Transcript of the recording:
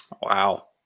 Wow